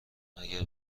اگر